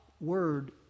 word